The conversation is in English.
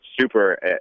super